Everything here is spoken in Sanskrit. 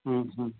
ह्म् ह्म्